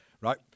right